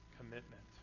commitment